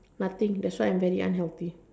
nothing that's why I'm very unhealthy